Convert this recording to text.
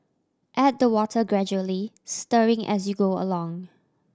add the water gradually stirring as you go along